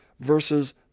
versus